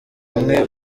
hamwe